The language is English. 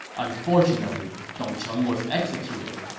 unfortunately, dong cheng was executed,